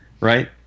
right